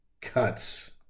cuts